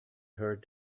heard